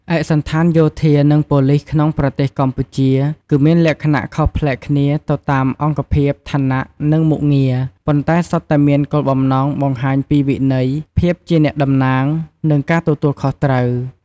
ឯកសណ្ឋានយោធា និងប៉ូលីសក្នុងប្រទេសកម្ពុជា គឺមានលក្ខណៈខុសប្លែកគ្នាទៅតាមអង្គភាព ឋានៈ និងមុខងារ ប៉ុន្តែសុទ្ធតែមានគោលបំណងបង្ហាញពីវិន័យ ភាពជាអ្នកតំណាង និងការទទួលខុសត្រូវ។